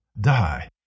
die